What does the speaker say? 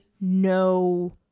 no